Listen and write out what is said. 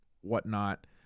whatnot